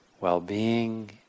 well-being